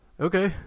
okay